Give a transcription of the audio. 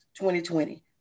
2020